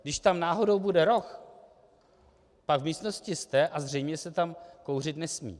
Když tam náhodou bude roh, pak v místnosti jste a zřejmě se tam kouřit nesmí.